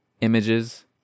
images